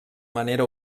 manera